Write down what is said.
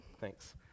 Thanks